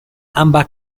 ambas